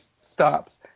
stops